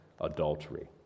adultery